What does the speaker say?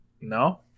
No